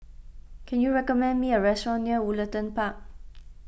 can you recommend me a restaurant near Woollerton Park